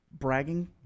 Bragging